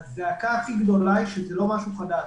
הזעקה הכי גדולה היא שזה לא משהו חדש.